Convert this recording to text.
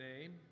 name